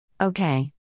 Okay